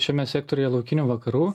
šiame sektoriuje laukinių vakarų